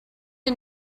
you